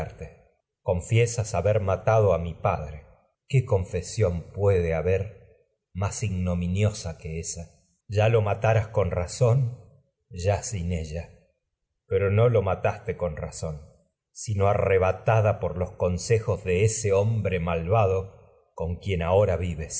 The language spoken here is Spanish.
confiesas haber más matado a mi padre que lo qué ya puede con haber ignominiosa ella pero los no ésa lo razón ya sin pol mataste con razón sino arrebatada malvado con consejos de ese hombre quien ahora